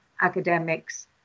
academics